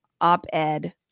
op-ed